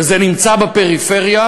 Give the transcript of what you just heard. וזה נמצא בפריפריה,